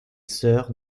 sœur